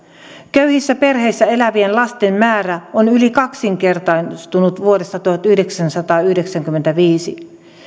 köyhissä perheissä elävien lasten määrä on yli kaksinkertaistunut vuodesta tuhatyhdeksänsataayhdeksänkymmentäviisi